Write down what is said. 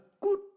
Good